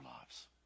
lives